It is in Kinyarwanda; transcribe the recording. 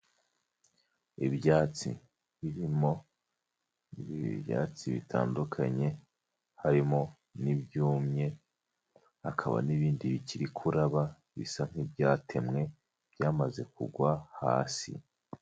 Ibyatsi birimo ibyatsi bitandukanye harimo n'ibyumye hakaba n'ibindi bikiri kuraba bisa nk'ibyatemwe byamaze kugwa hasi